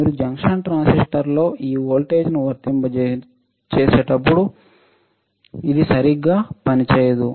మీరు జంక్షన్ ట్రాన్సిస్టర్లో ఈ వోల్టేజ్ను వర్తింప చేసేటప్పుడు ఇది సరిగ్గా పనిచేయదు